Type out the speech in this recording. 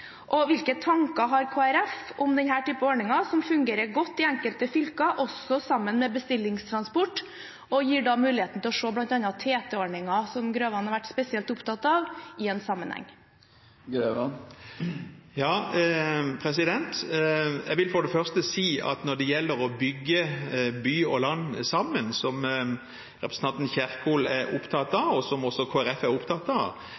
Hvilke tanker har Kristelig Folkeparti om denne typen ordninger, som fungerer godt i enkelte fylker, også sammen med bestillingstransport, og som da gir mulighet for å se på bl.a. TT-ordningen, som Grøvan har vært spesielt opptatt av, i en sammenheng? Jeg vil for det første si at når det gjelder å bygge by og land sammen, som både representanten Kjerkol og Kristelig Folkeparti er opptatt av,